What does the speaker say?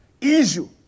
issue